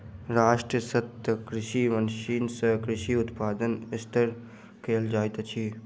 राष्ट्रीय सतत कृषि मिशन सँ कृषि उत्पादन स्थिर कयल जाइत अछि